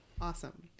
Awesome